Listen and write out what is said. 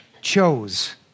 chose